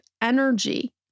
energy